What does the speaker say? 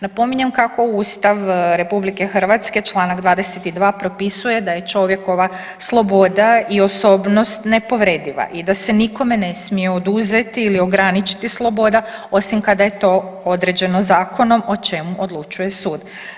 Napominjem kako Ustav RH čl. 22. propisuje da je čovjekova sloboda i osobnost nepovrediva i da se nikome ne smije oduzeti ili ograničiti sloboda osim kada je to određeno zakonom, o čemu odlučuje sud.